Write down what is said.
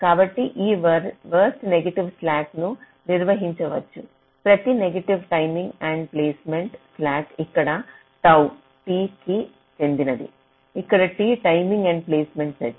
కాబట్టి ఈ worst negative slack ను నిర్వచించవచ్చు ప్రతి net timing end points slack ఇక్కడ టౌ T కి చెందినది ఇక్కడ T timing end points set